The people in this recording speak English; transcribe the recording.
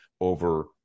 over